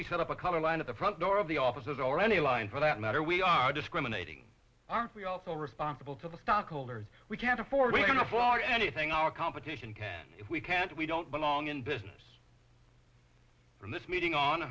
we set up a color line at the front door of the offices or any line for that matter we are discriminating aren't we also responsible to the stockholders we can't afford we can afford anything our competition can if we can't we don't belong in business from this meeting on